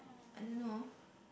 I don't know